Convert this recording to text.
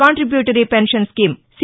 contributory pension scheme C